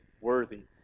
worthy